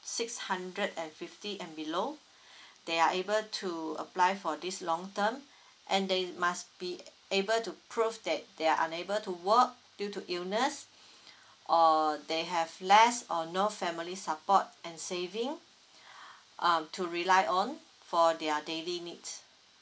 six hundred and fifty and below they are able to apply for this long term and they must be able to prove that they're unable to work due to illness or they have less or no family support and saving um to rely on for their daily needs